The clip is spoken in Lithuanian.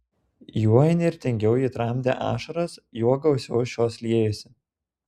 juo įnirtingiau ji tramdė ašaras juo gausiau šios liejosi